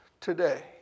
today